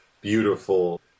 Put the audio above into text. beautiful